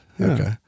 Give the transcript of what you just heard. Okay